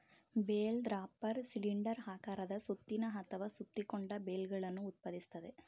bale wrapper cylinder ಆಕಾರದ ಸುತ್ತಿನ ಅಥವಾ ಸುತ್ತಿಕೊಂಡ ಬೇಲ್ಗಳನ್ನು ಉತ್ಪಾದಿಸ್ತದೆ